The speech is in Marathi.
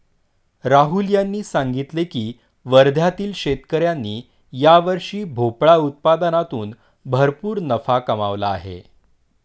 राहुल यांनी सांगितले की वर्ध्यातील शेतकऱ्यांनी यावर्षी भोपळा उत्पादनातून भरपूर नफा कमावला आहे